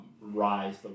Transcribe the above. rise